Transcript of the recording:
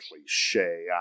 cliche